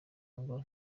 ngo